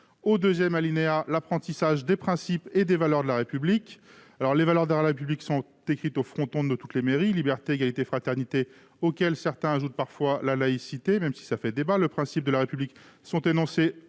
au deuxième alinéa, l'apprentissage des principes et des valeurs de la République. Ces dernières sont écrites au fronton de toutes les mairies : liberté, égalité, fraternité, auxquelles certains ajoutent parfois la laïcité, même si cela fait débat. Les principes de la République, eux, sont énoncés